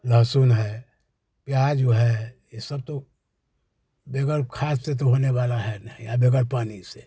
लहसुन है प्याज़ जो है ये सब तो बगैर खाद से तो होने वाला है नहीं या बगैर पानी से